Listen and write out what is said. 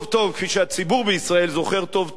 כפי שהציבור בישראל זוכר טוב טוב,